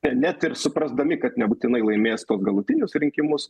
ir net ir suprasdami kad nebūtinai laimės galutinius rinkimus